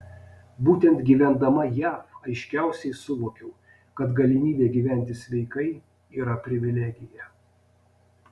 būtent gyvendama jav aiškiausiai suvokiau kad galimybė gyventi sveikai yra privilegija